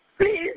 Please